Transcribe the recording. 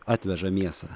atveža mėsą